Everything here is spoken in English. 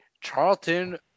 Charlton